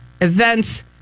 events